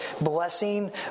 blessing